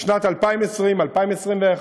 בשנת 2020, 2021,